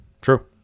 true